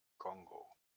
kongo